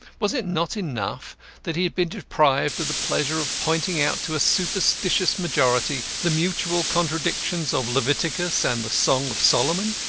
was it not enough that he had been deprived of the pleasure of pointing out to a superstitious majority the mutual contradictions of leviticus and the song of solomon?